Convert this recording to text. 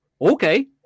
okay